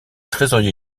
trésorier